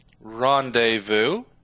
rendezvous